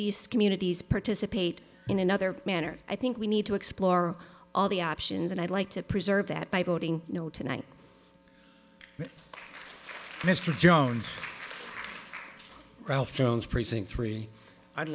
these communities participate in another manner i think we need to explore all the options and i'd like to preserve that by voting no tonight mr jones ralph jones precinct three i'd